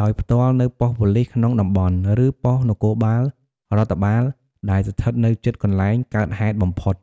ដោយផ្ទាល់នៅប៉ុស្តិ៍ប៉ូលិសក្នុងតំបន់ ឬប៉ុស្តិ៍នគរបាលរដ្ឋបាលដែលស្ថិតនៅជិតកន្លែងកើតហេតុបំផុត។